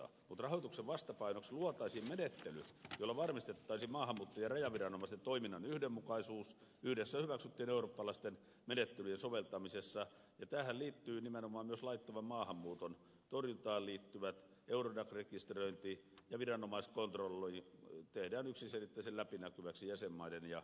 mutta rahoituksen vastapainoksi luotaisiin menettely jolla varmistettaisiin maahanmuutto ja rajaviranomaisten toiminnan yhdenmukaisuus yhdessä hyväksyttyjen eurooppalaisten menettelyjen soveltamisessa ja tähän liittyy nimenomaan myös laittoman maahanmuuton torjuntaan liittyvät eurodac rekisteröinti ja viranomaiskontrolli jotka tehdään yksiselitteisen läpinäkyväksi jäsenmaiden ja instituutioiden kesken